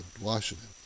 Washington